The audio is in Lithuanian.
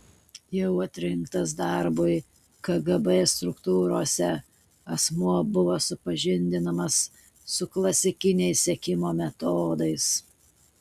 jau atrinktas darbui kgb struktūrose asmuo buvo supažindinamas su klasikiniais sekimo metodais